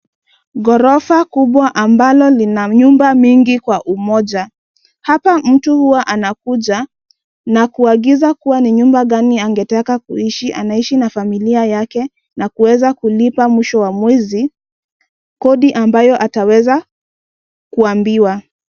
Ghorofa kubwa ambalo lina nyumba mingi kwa umoja. Hapa mtu huwa anakuja na kuagiza kuwa ni nyumba gani angetaka kuishi anaishi na familia yake na kuweza kulipa mwisho wa mwezi kodi ambayo ataweza kuambiwa.